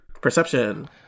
Perception